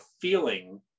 feeling